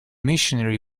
missionary